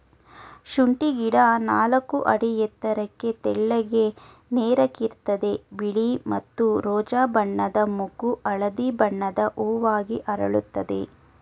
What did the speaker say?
ಶುಂಠಿ ಗಿಡ ನಾಲ್ಕು ಅಡಿ ಎತ್ತರಕ್ಕೆ ತೆಳ್ಳಗೆ ನೇರಕ್ಕಿರ್ತದೆ ಬಿಳಿ ಮತ್ತು ರೋಜಾ ಬಣ್ಣದ ಮೊಗ್ಗು ಹಳದಿ ಬಣ್ಣದ ಹೂವಾಗಿ ಅರಳುತ್ತದೆ